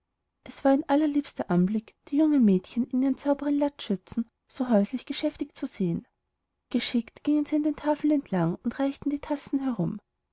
es war ein allerliebster anblick die jungen mädchen mit ihren sauberen latzschürzen so häuslich geschäftig zu sehen geschickt gingen sie an den tafeln entlang und reichten die tassen herum